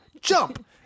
jump